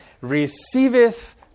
receiveth